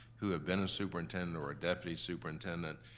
who have been a superintendent or a deputy superintendent,